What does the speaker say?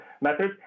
methods